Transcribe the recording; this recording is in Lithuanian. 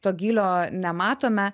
to gylio nematome